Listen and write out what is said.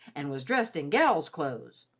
and was dressed in gal's clo'es.